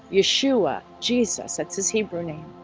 yeshua, jesus, that's his hebrew name?